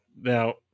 now